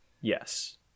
Yes